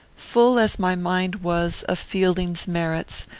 full as my mind was of fielding's merits,